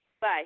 Bye